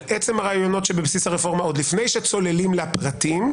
על עצם הרעיונות שבבסיס הרפורמה עוד לפני שצוללים לפרטים,